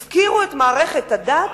הפקירו את מערכת הדת,